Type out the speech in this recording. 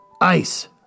Ice